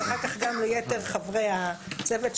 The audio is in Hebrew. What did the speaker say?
ואחר כך גם ליתר חברי הצוות,